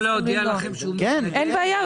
אבל הוא יכול להודיע לכם שהוא --- אין בעיה,